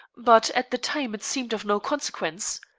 but at the time it seemed of no consequence.